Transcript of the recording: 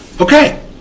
Okay